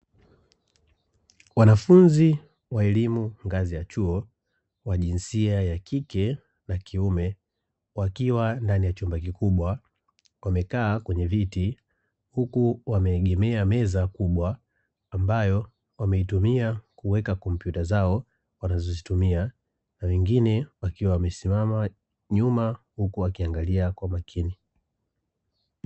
Wanafunzi wa elimu ngazi ya chuo wa jinsia ya kike na kiume, wakiwa ndani ya chumba kikubwa wamekaa kwenye viti huku wameegemea meza kubwa ambayo wameitumia kuweka kompyuta zao wanazozitumia. na wengine wakiwa wamesimama nyuma huku wakiangalia kwa makini.